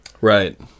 Right